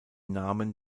namen